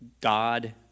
God